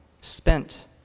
spent